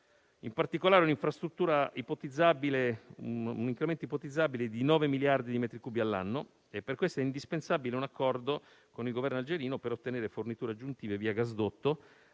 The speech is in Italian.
è ipotizzabile un incremento di 9 miliardi di metri cubi all'anno. Per questo è indispensabile un accordo con il Governo algerino, per ottenere forniture aggiuntive via gasdotto